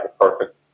perfect